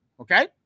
okay